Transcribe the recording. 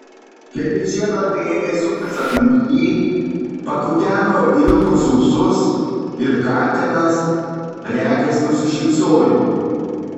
keli žiedlapiai ėmė suktis aplink jį pakuteno ilgus ūsus ir katinas regis nusišypsojo